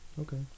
Okay